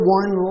one